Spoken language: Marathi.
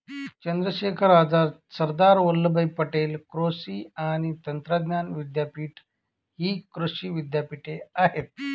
चंद्रशेखर आझाद, सरदार वल्लभभाई पटेल कृषी आणि तंत्रज्ञान विद्यापीठ हि कृषी विद्यापीठे आहेत